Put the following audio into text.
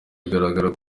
bigaragara